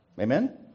Amen